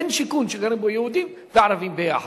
אין שיכון שלא גרים בו יהודים וערבים ביחד,